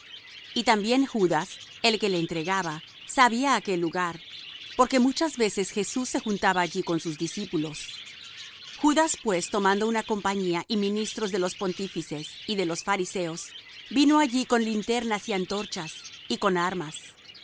y también judas el que le entregaba sabía aquel lugar porque muchas veces jesús se juntaba allí con sus discípulos judas pues tomando una compañía y ministros de los pontífices y de los fariseos vino allí con linternas y antorchas y con armas